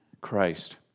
Christ